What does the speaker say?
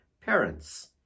parents